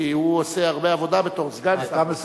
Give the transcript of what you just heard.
כי הוא עושה הרבה עבודה בתור סגן שר.